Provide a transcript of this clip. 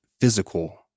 physical